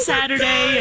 Saturday